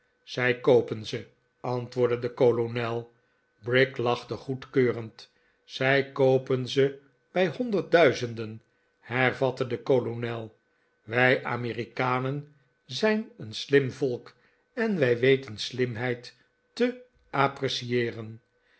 zij koopen ze antwoordde de kolonel brick lachte goedkeurend zij koopen ze bij honderdduizenden hervatte de kolonel wij amerikanen zijn een slim volk en wij weten slimheid te apprecieeren